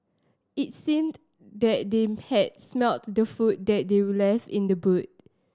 it seemed that they had smelt the food that they were left in the boot